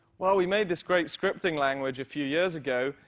well we made this great scripting language a few years ago,